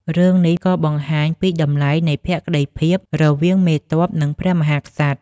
រឿងនេះក៏បង្ហាញពីតម្លៃនៃភក្តីភាពរវាងមេទ័ព និងព្រះមហាក្សត្រ។